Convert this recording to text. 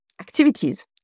activities